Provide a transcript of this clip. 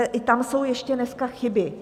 I tam jsou ještě dneska chyby.